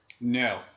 No